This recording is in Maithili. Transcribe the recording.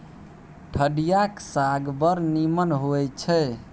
ठढियाक साग बड़ नीमन होए छै